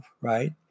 right